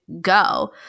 go